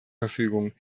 verfügung